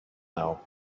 now